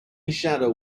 shadow